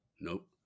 Nope